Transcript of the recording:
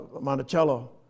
Monticello